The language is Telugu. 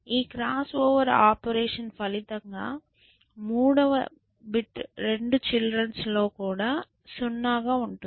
ఈ క్రాస్ ఓవర్ ఆపరేషన్ ఫలితంగా 3 వ బిట్ రెండు చిల్డ్రన్ లలో కూడా 0 గా ఉంటుంది